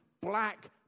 black